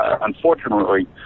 unfortunately